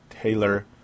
Taylor